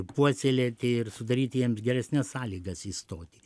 puoselėti ir sudaryti jiems geresnes sąlygas įstoti